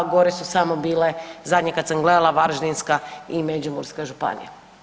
Gore su samo bile zadnje kad sam gledala Varaždinska i Međimurska županija.